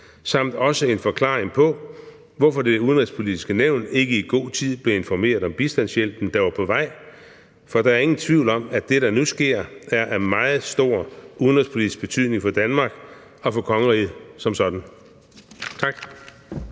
samt en forklaring på, hvorfor Det Udenrigspolitiske Nævn ikke i god tid blev informeret om bistandshjælpen, der var på vej. For der er ingen tvivl om, at det, der nu sker, er af meget stor udenrigspolitisk betydning for Danmark og for kongeriget som sådan. Tak.